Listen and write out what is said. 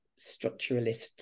structuralist